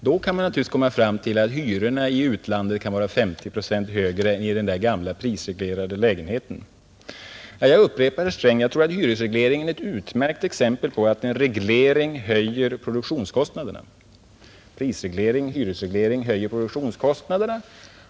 Då kan man naturligtvis komma fram till att hyrorna i utlandet kan vara 50 procent högre än i den gamla prisreglerade lägenheten. Jag upprepar, herr Sträng, att jag tror att hyresregleringen är ett utmärkt exempel på att en reglering höjer produktionskostnaderna. Prisreglering, hyresreglering, höjer produktionskostnaderna för de nya husen.